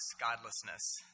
godlessness